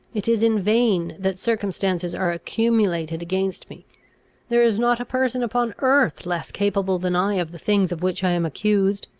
it is in vain that circumstances are accumulated against me there is not a person upon earth less capable than i of the things of which i am accused.